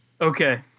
Okay